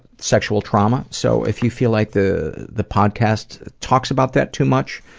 sexual trauma, so if you feel like the the podcast talks about that too much,